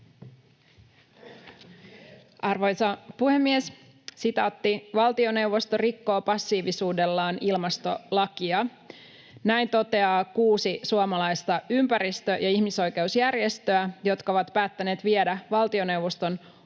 Arvoisa puhemies! ”Valtioneuvosto rikkoo passiivisuudellaan ilmastolakia.” Näin toteaa kuusi suomalaista ympäristö- ja ihmisoikeusjärjestöä, jotka ovat päättäneet viedä valtioneuvoston oikeuteen